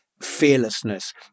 fearlessness